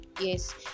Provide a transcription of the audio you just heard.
yes